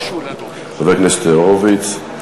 חבר הכנסת הורוביץ.